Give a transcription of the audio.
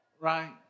right